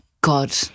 God